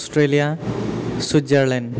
Australia Switzerland